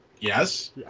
yes